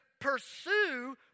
Pursue